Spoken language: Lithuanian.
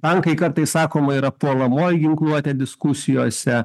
tankai kartais sakoma yra puolamoji ginkluotė diskusijose